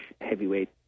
heavyweight